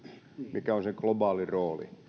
mikä on sen globaali rooli